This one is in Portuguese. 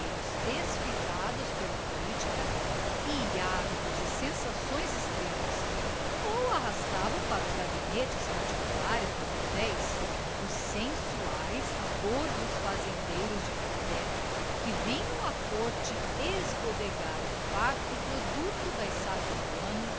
desfibrados pela política e ávidos de sensações extremas ou arrastavam para os gabinetes particulares dos hotéis os sensuais e gordos fazendeiros de café que vinham à corte esbodegar o farto produto das safras do ano